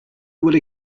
would